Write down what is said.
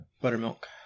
buttermilk